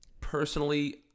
Personally